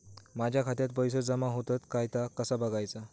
माझ्या खात्यात पैसो जमा होतत काय ता कसा बगायचा?